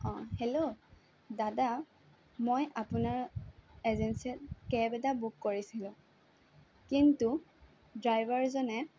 অঁ হেল্ল' দাদা মই আপোনাৰ এজেঞ্চিত কেব এটা বুক কৰিছিলোঁ কিন্তু ড্ৰাইভাৰজনে